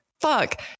fuck